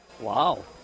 Wow